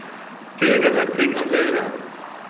ठीक है सर ठीक है हम भेज रहे हैं